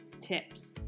tips